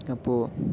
അപ്പോൾ